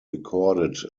recorded